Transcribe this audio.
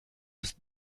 ist